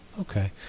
Okay